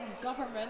government